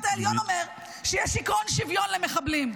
העליון אומר שיש עקרון שוויון למחבלים?